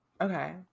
Okay